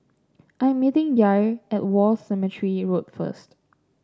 I am meeting Yair at War Cemetery Road first